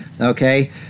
Okay